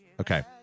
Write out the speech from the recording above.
Okay